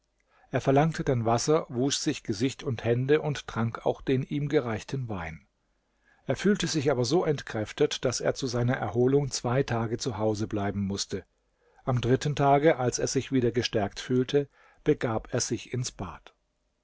er verlangte dann wasser wusch sich gesicht und hände und trank auch den ihm gereichten wein er fühlte sich aber so entkräftet daß er zu seiner erholung zwei tage zu hause bleiben mußte am dritten tage als er sich wieder gestärkt fühlte begab er sich ins bad